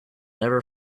never